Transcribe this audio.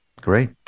great